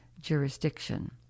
jurisdiction